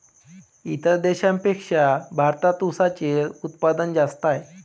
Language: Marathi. इतर देशांपेक्षा भारतात उसाचे उत्पादन जास्त आहे